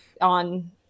on